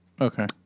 Okay